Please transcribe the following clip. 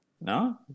no